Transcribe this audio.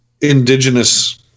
indigenous